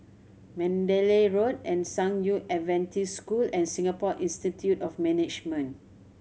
Mandalay Road and San Yu Adventist School and Singapore Institute of Management